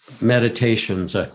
meditations